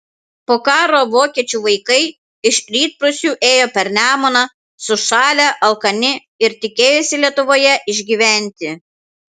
po karo vokiečių vaikai iš rytprūsių ėjo per nemuną sušalę alkani ir tikėjosi lietuvoje išgyventi